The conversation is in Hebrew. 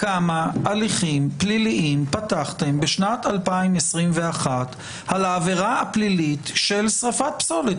כמה הליכים פליליים פתחתם בשנת 2021 על העבירה הפלילית של שריפת פסולת?